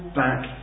back